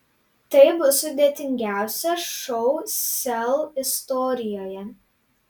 tai bus sudėtingiausias šou sel istorijoje